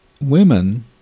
women